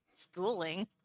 Schooling